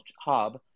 Hub